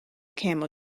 camel